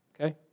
okay